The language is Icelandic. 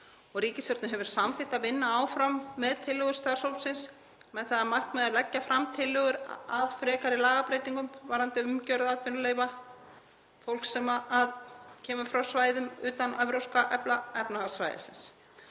Ríkisstjórnin hefur samþykkt að vinna áfram með tillögur starfshópsins með það að markmiði að leggja fram tillögur að frekari lagabreytingum varðandi umgjörð atvinnuleyfa fólks sem kemur frá svæðum utan Evrópska efnahagssvæðisins.